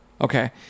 Okay